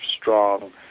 strong